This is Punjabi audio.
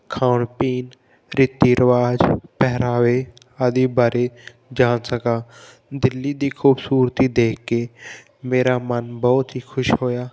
ਖਾਣ ਪੀਣ ਰੀਤੀ ਰਿਵਾਜ਼ ਪਹਿਰਾਵੇ ਆਦਿ ਬਾਰੇ ਜਾਣ ਸਕਾਂ ਦਿੱਲੀ ਦੀ ਖੂਬਸੂਰਤੀ ਦੇਖ ਕੇ ਮੇਰਾ ਮਨ ਬਹੁਤ ਹੀ ਖੁਸ਼ ਹੋਇਆ